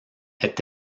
est